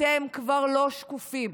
אתם כבר לא שקופים.